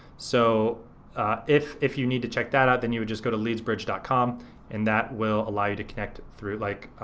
so if if you need to check that out then you would just go to leadsbridge dot com and that will allow you to connect through like